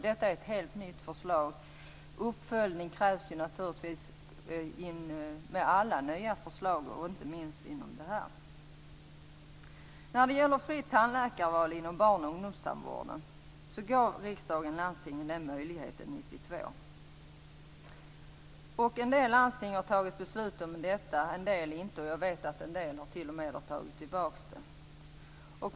Detta är ju ett helt nytt förslag, och uppföljning krävs förstås av alla nya förslag - inte minst av detta. När det gäller fritt tandläkarval inom barn och ungdomstandvården gav riksdagen landstingen den möjligheten 1992. En del landsting har fattat beslut om detta, en del inte. Jag vet att en del t.o.m. har tagit tillbaka beslutet.